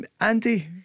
Andy